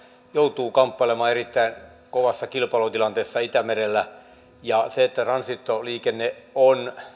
joutuvat kamppailemaan erittäin kovassa kilpailutilanteessa itämerellä siihen että transitoliikenne on